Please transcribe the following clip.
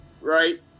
Right